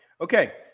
okay